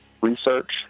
research